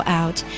out